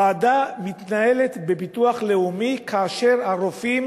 ועדה מתנהלת בביטוח לאומי כאשר הרופאים